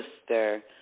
sister